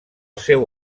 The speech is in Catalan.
seu